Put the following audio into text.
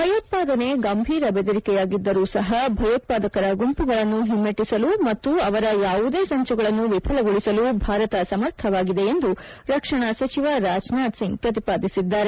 ಭಯೋತ್ಪಾದನೆ ಗಂಭೀರ ಬೆದರಿಕೆಯಾಗಿದ್ದರೂ ಸಹ ಭಯೋತ್ಪಾದಕರ ಗುಂಪುಗಳನ್ನು ಹಿಮ್ಮೆಟ್ಟಿಸಲು ಮತ್ತು ಅವರ ಯಾವುದೇ ಸಂಚುಗಳನ್ನು ವಿಫಲಗೊಳಿಸಲು ಭಾರತ ಸಮರ್ಥವಾಗಿದೆ ಎಂದು ರಕ್ಷಣಾ ಸಚಿವ ರಾಜನಾಥ್ ಸಿಂಗ್ ಪ್ರತಿಪಾದಿಸಿದ್ದಾರೆ